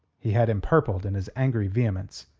he had empurpled in his angry vehemence,